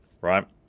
Right